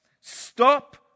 Stop